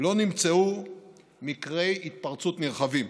לא נמצאו מקרי התפרצות נרחבים.